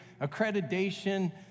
accreditation